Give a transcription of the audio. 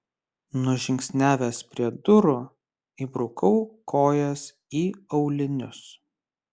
nužingsniavęs prie durų įbrukau kojas į aulinius